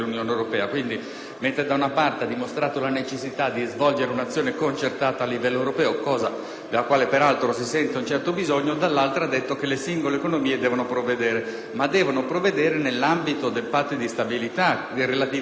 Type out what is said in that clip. mentre da una parte ha dimostrato la necessità di svolgere un'azione concertata a livello europeo (cosa della quale peraltro si sente un certo bisogno), dall'altra ha detto che le singole economie devono provvedere, sempre però nell'ambito dei Patti di stabilità relativi a ciascun Paese.